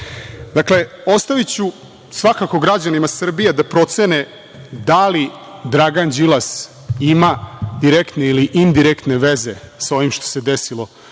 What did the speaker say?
uznemiravanja. Ostaviću svakako građanima Srbije da procene da li Dragan Đilas ima direktne ili indirektne veze sa ovim što se desilo Janku